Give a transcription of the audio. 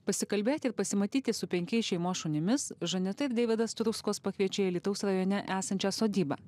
pasikalbėti ir pasimatyti su penkiais šeimos šunimis žaneta ir deividas struckos pakviečia į alytaus rajone esančią sodybą